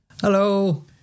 Hello